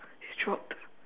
it dropped